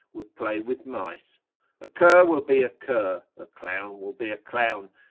would play with mice a cur will be a cur, a clown will be a clown,